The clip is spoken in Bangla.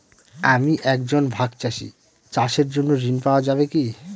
আমি একজন ভাগ চাষি চাষের জন্য ঋণ পাওয়া যাবে কি?